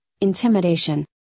intimidation